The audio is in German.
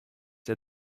der